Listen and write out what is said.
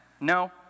No